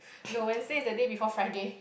no Wednesday is the day before Friday